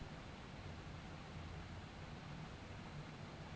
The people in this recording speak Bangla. মক্কেলদের টার্গেট ক্যইরে উয়াদের জ্যনহে যে জিলিস বেলায়